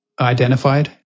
identified